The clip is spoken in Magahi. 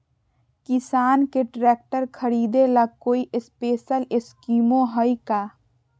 किसान के ट्रैक्टर खरीदे ला कोई स्पेशल स्कीमो हइ का?